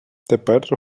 тепер